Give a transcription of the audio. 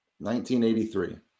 1983